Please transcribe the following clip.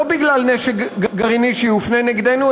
לא בגלל נשק גרעיני שיופנה נגדנו,